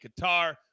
Qatar